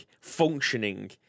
functioning